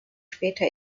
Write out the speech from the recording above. später